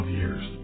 years